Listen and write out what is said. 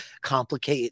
complicate